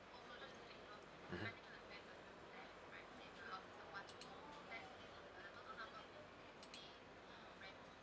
mmhmm